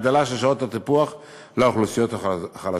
הגדלה של שעות הטיפוח לאוכלוסיות החלשות.